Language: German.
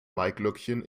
maiglöckchen